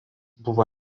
buvo